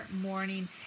morning